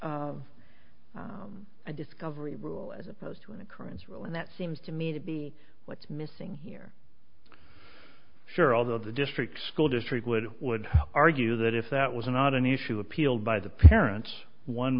a discovery rule as opposed to an occurrence ruling that seems to me to be what's missing here sure although the district school district would would argue that if that was not an issue appealed by the parents one